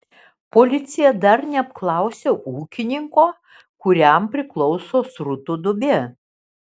policija dar neapklausė ūkininko kuriam priklauso srutų duobė